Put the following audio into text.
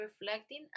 reflecting